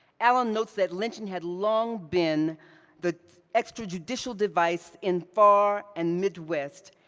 allen notes that lynching had long been the extrajudicial device in far and midwest,